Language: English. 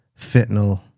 fentanyl